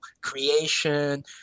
creation